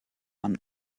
man